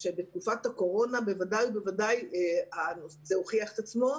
שבתקופת הקורונה בוודאי ובוודאי זה הוכיח את עצמו.